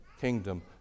kingdom